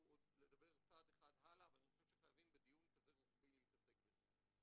לדבר צעד אחד הלאה ואני חושב שחייבים בדיון כזה רוחבי להתעסק בזה.